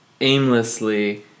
aimlessly